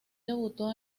debutó